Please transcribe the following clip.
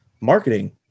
Marketing